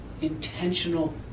intentional